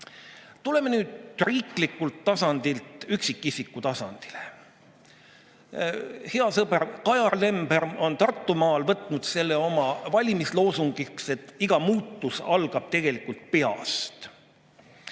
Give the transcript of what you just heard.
Tuleme nüüd riiklikult tasandilt üksikisiku tasandile. Hea sõber Kajar Lember on Tartumaal võtnud oma valimisloosungiks selle, et iga muutus algab tegelikult peast.